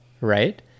right